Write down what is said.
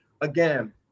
again